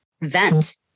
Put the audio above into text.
vent